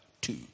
Two